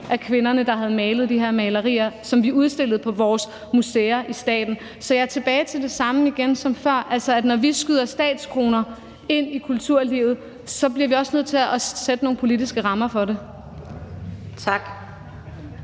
af, at det var en brøkdel af malerierne, som vi udstillede på vores statslige museer, som kvinder havde malet. Så jeg er tilbage ved det samme igen som før, altså at når vi skyder statskroner ind i kulturlivet, bliver vi også nødt til at sætte nogle politiske rammer for det. Kl.